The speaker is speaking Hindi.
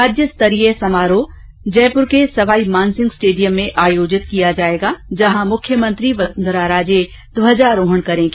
राज्य स्तरीय समारोह जयपूर के सवाई मानसिंह स्टेडियम में आयोजित किया जायेगा जहां मुख्यमंत्री वसुंधरा राजे ध्वजारोहण करेंगी